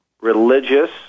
religious